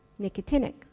nicotinic